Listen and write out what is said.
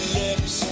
lips